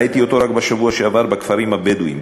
ראיתי אותו רק בשבוע שעבר בכפרים הבדואיים,